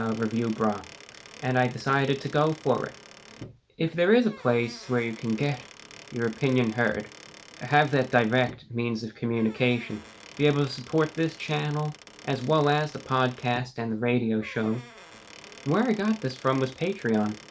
reviewbrah and i decided to go forward if there is a place where you can get your opinion heard have that direct means of communication be able to support this channel as well as the podcast and the radio show where i got this from was patreon,